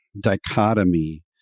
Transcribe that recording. dichotomy